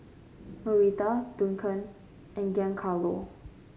Norita Duncan and Giancarlo